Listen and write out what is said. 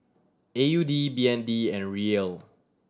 A U D B N D and Riel